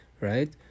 right